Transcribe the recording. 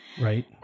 Right